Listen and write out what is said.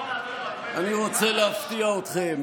אני רוצה להפתיע אתכם